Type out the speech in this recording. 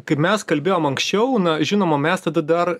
kaip mes kalbėjom anksčiau na žinoma mes tada dar